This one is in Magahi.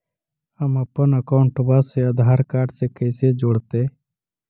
हमपन अकाउँटवा से आधार कार्ड से कइसे जोडैतै?